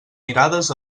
mirades